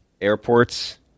airports